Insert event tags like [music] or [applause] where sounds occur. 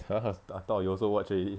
[laughs] I thought you also watch already